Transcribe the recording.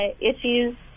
issues